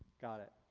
got it.